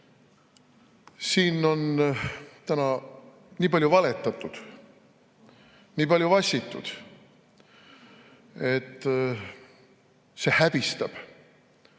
Siin on täna nii palju valetatud, nii palju vassitud, et see häbistab